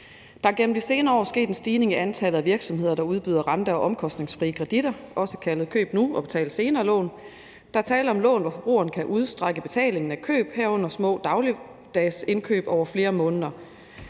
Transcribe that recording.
Der er igennem de senere år sket en stigning i antallet af virksomheder, der udbyder rente- og omkostningsfrie kreditter, også kaldet køb nu, betal senere-lån. Der er tale om lån, hvor forbrugeren kan udstrække betalingen af køb, herunder små dagligdagsindkøb, over flere måneder.